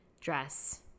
dress